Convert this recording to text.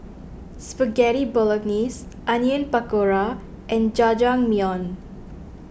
Spaghetti Bolognese Onion Pakora and Jajangmyeon